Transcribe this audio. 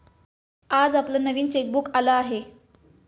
आज आपलं नवीन चेकबुक आलं आहे